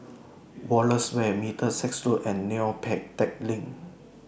Wallace Way Middlesex Road and Neo Pee Teck Lane